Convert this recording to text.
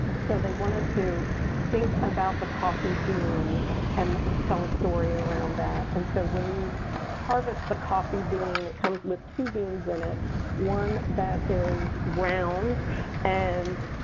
so they wanted to think about the coffee bean and tell a story around that. and so when you harvest the coffee bean, it comes with two beans in it one that is round and